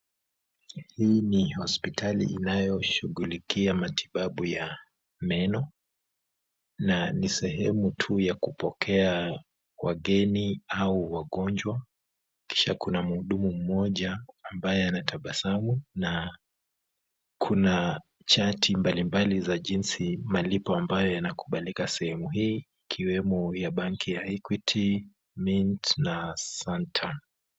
Hii ni hosipitali inayoshughulikia matibabu ya meno. Na ni sehemu tu ya kupokea wageni au wagonjwa, kisha kuna mhuhumu mmoja ambaye anatabasamu na kuna chati mbalimbali za jinsi malipo ambayo yanakubalika sehemu hii , ikiwemo Benki ya Equity, Mint na Santa.